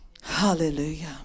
Hallelujah